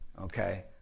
okay